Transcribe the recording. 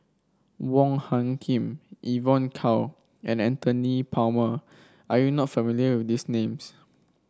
Wong Hung Khim Evon Kow and Michael Anthony Palmer are you not familiar with these names